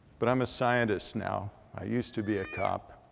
but i'm a scientist now. i used to be a cop.